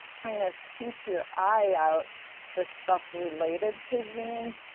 kind of keep your eye out for stuff related to zines.